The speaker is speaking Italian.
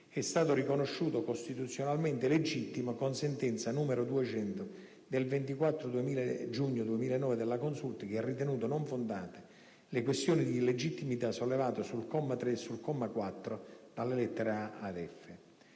è stato riconosciuto costituzionalmente legittimo con sentenza n. 200 del 24 giugno 2009 della Consulta, che ha ritenuto non fondate le questioni di legittimità sollevate sul comma 3 e sul comma 4, lettere da